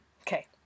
Okay